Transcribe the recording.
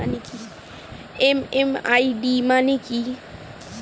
MMID মানে কি?